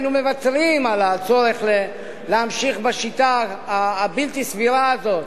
היינו מוותרים על הצורך להמשיך בשיטה הבלתי-סבירה הזאת